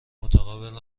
متقابل